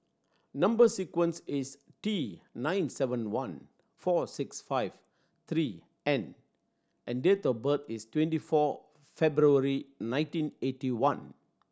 number sequence is T nine seven one four six five three N and date of birth is twenty four February nineteen eighty one